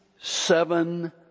seven